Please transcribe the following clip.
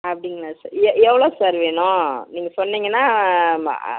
அப்படிங்களா சா எ எவ்வளோ சார் வேணும் நீங்கள் சொன்னீங்கன்னா மா